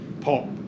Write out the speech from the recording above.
pop